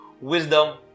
Wisdom